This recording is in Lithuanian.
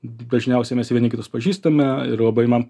dažniausiai mes vieni kitus pažįstame ir labai man